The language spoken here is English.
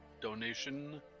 donation